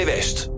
West